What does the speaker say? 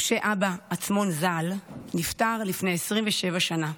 משה אבא עצמון ז"ל, נפטר לפני 27 שנה.